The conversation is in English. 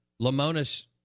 lamona's